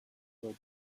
will